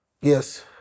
Yes